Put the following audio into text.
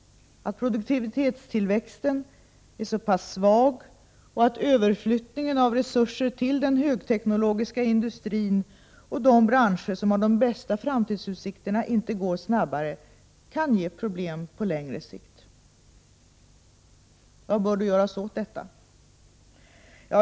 Att produktivitetstillväxten är så pass svag och att överflyttningen av resurser till den högteknologiska industrin och de branscher som har de bästa framtidsutsikterna inte går snabbare kan ge problem på längre sikt. Vad bör då göras åt detta?